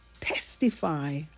testify